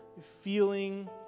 feeling